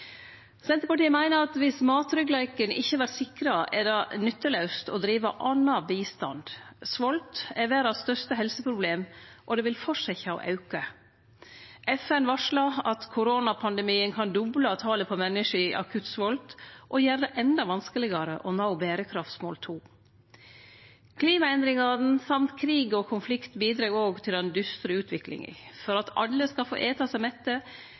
Senterpartiet meiner at om mattryggleiken ikkje vert sikra, er det nyttelaust å drive anna bistand. Svolt er det største helseproblemet i verda, og det vil fortsetje å auke. FN varslar at koronapandemien kan doble talet på menneske i akutt svolt og gjere det endå vanskelegare å nå berekraftsmål 2. Klimaendringane og krig og konflikt bidreg òg til den dystre utviklinga. For at alle skal få ete seg mette,